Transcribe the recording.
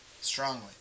strongly